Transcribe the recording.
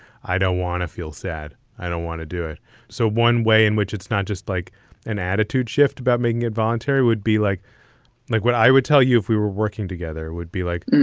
i don't want to feel sad. i don't want to do it so one way in which it's not just like an attitude shift about making it voluntary would be like like what i would tell you if we were working together would be like,